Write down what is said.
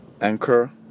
Anchor